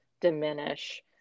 diminish